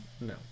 No